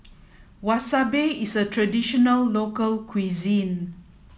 Wasabi is a traditional local cuisine